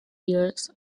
ears